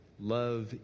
love